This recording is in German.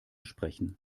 sprechen